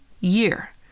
year